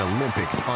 Olympics